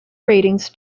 ratings